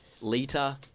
Lita